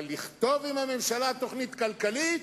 אבל לכתוב עם הממשלה תוכנית כלכלית?